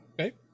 Okay